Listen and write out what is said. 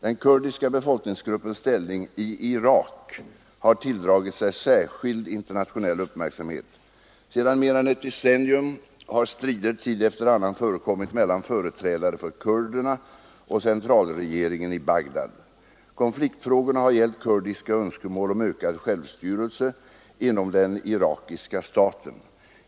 Den kurdiska befolkningsgruppens ställning i Irak har tilldragit sig särskild internationell uppmärksamhet. Sedan mer än ett decennium har strider tid efter annan förekommit mellan företrädare för kurderna och centralregeringen i Bagdad. Konfliktfrågorna har gällt kurdiska önskemål om ökad självstyrelse inom den irakiska staten.